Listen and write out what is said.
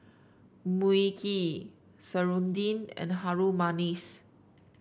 Mui Kee serunding and Harum Manis